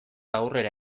aurrera